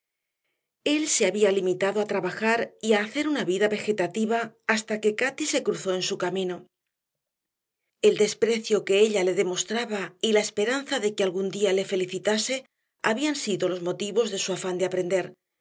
él se había limitado a trabajar y a hacer una vida vegetativa hasta que cati se cruzó en su camino el desprecio que ella le demostraba y la esperanza de que algún día le felicitase habían sido los motivos de su afán de aprender